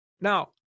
Now